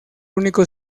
único